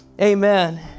Amen